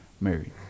married